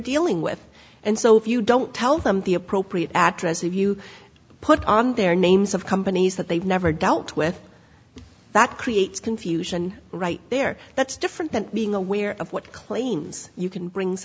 dealing with and so if you don't tell them the appropriate address if you put on their names of companies that they've never dealt with that creates confusion right there that's different than being aware of what claims you can bring